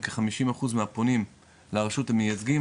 כ-50% מהפונים לרשות הם מייצגים,